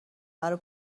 برای